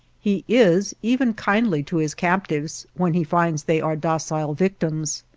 he is even kindly to his captives when he finds they are docile victims.